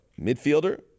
midfielder